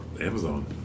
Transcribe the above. Amazon